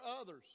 others